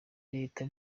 reta